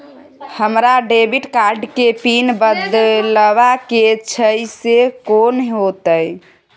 हमरा debit card के PIN बदलवा के छै से कोन होतै?